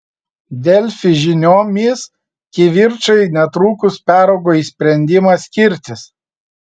delfi žiniomis kivirčai netrukus peraugo į sprendimą skirtis